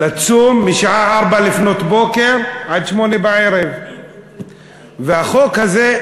לצום משעה 04:00 עד 20:00. והחוק הזה,